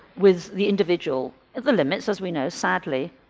with the individual at the limits, as we know, sadly,